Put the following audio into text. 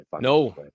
No